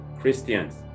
Christians